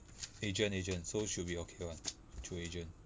agent agent so should be okay [one] through agent